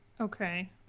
Okay